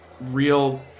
real